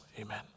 Amen